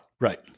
Right